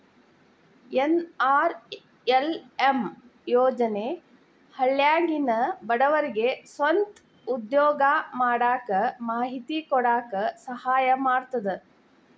NRLM ಯೋಜನೆ ಹಳ್ಳ್ಯಾಗಿನ ಬಡವರಿಗೆ ಸ್ವಂತ ಉದ್ಯೋಗಾ ಮಾಡಾಕ ಮಾಹಿತಿ ಕೊಡಾಕ ಸಹಾಯಾ ಮಾಡ್ತದ